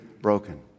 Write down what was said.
broken